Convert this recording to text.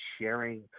sharing